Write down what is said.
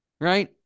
right